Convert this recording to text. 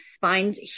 find